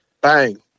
Bang